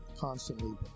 constantly